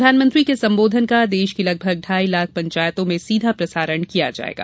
प्रधानमंत्री के सम्बोधन का देश की लगभग ढाई लाख पंचायतों में सीधा प्रसारण किया जायेगा